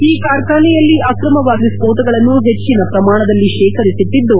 ಈ ಕಾರ್ಖಾನೆಯಲ್ಲಿ ಅಕ್ರಮವಾಗಿ ಸ್ತೋಟಗಳನ್ನು ಹೆಚ್ಚಿನ ಪ್ರಮಾಣದಲ್ಲಿ ಶೇಖರಿಸಿಟ್ಟಿದ್ದು